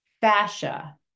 fascia